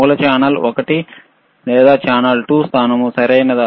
మూల ఛానల్ ఒకటి లేదా ఛానల్ 2 స్థానం సరియైనదా